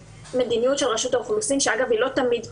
מדיניות של רשות האוכלוסין שאגב לא תמיד קורית,